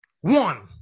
One